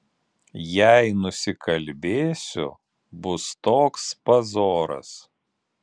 jei nusikalbėsiu bus toks pazoras